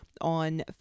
on